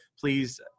please